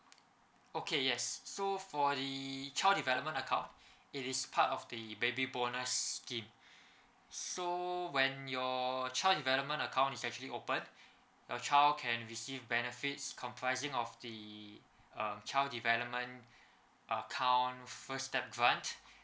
okay yes so for the child development account it is part of the baby bonus scheme so when your child development account is actually open your child can receive benefits comprising of the um child development account first step fund